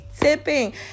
Tipping